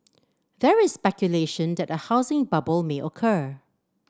there is speculation that a housing bubble may occur